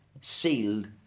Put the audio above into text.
Sealed